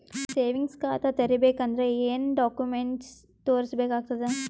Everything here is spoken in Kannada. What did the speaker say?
ಸೇವಿಂಗ್ಸ್ ಖಾತಾ ತೇರಿಬೇಕಂದರ ಏನ್ ಏನ್ಡಾ ಕೊಮೆಂಟ ತೋರಿಸ ಬೇಕಾತದ?